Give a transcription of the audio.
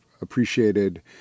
appreciated